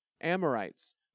Amorites